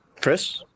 Chris